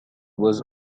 was